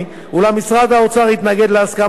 אולם משרד האוצר התנגד להסכמה זו.